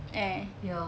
eh